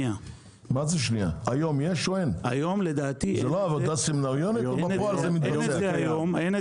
היום לדעתי אין את זה.